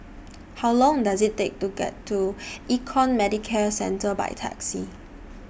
How Long Does IT Take to get to Econ Medicare Centre By Taxi